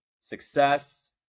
success